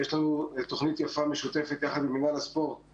יש לנו תוכנית יפה ומשותפת יחד עם מינהל הספורט